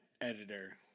editor